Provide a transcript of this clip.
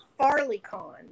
FarleyCon